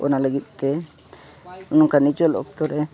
ᱚᱱᱟ ᱞᱟᱹᱜᱤᱫᱛᱮ ᱱᱚᱝᱠᱟ ᱱᱤᱪᱚᱞ ᱚᱠᱛᱚ ᱨᱮ